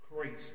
crazy